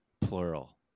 plural